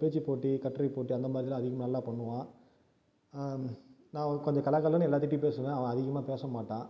பேச்சு போட்டி கட்டுரை போட்டி அந்த மாதிரி தான் அதிகமாக நல்லா பண்ணுவான் நான் கொஞ்சம் கலகலன்னு எல்லாத்துகிட்டயும் பேசுவேன் அவன் அதிகமாக பேசமாட்டான்